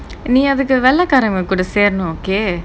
நீ அதுக்கு வெளக்காறவங்க கூட சேரனும்:ni athuku velakaravanga kooda seranum okay